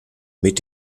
mit